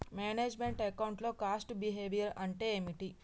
Manage meant account లో cost behaviour అంటే ఏమిటి?